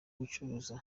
gucuruza